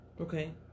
Okay